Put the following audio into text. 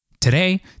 Today